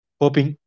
hoping